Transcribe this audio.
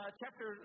chapter